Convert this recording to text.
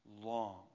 long